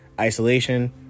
isolation